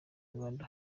rwanda